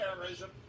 terrorism